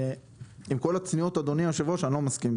עם כל הצניעות אדוני היושב-ראש, אני לא מסכים.